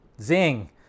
Zing